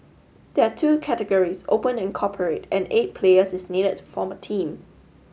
there are two categories open and corporate and eight players is needed to form a team